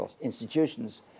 institutions